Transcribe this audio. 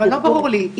אבל לא ברור לי,